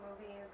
movies